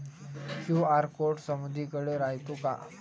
QR code समदीकडे रायतो का?